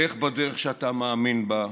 לך בדרך שאתה מאמין בה.